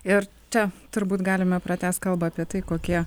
ir čia turbūt galime pratęst kalbą apie tai kokie